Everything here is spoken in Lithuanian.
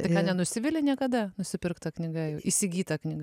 tai ką nenusivili niekada nusipirkta knyga įsigyta knyga